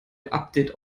update